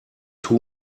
too